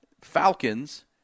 Falcons